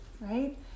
right